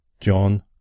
John